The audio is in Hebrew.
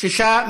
שישה.